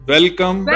Welcome